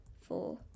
four